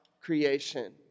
creation